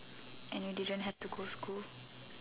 and you didn't had to go school